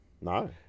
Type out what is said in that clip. No